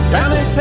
County